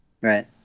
Right